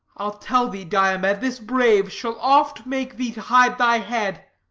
i'll tell thee, diomed, this brave shall oft make thee to hide thy head.